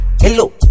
Hello